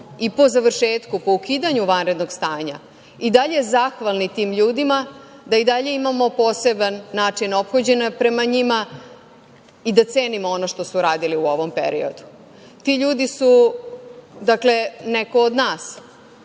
i po završetku, po ukidanju vanrednog stanja i dalje zahvalni tim ljudima, da i dalje imamo poseban način ophođenja prema njima i da cenimo ono što su uradili u ovom periodu. Ti ljudi su neko od nas.